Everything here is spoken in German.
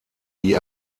die